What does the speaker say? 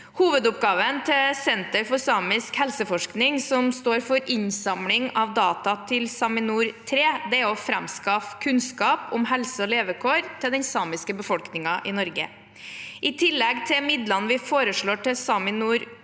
Hovedoppgaven til Senter for samisk helseforskning, som står for innsamling av data til SAMINOR 3, er å framskaffe kunnskap om helse og levekår til den samiske befolkningen i Norge. I tillegg til midlene vi foreslår til SAMINOR 3